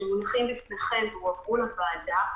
שמונחים בפניכם והועברו לוועדה,